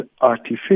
artificial